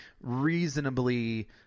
reasonably